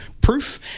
proof